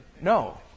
No